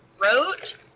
wrote